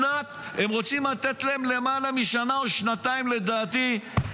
הם רוצים לתת להם למעלה משנה או שנתיים הסתגלות,